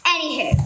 Anywho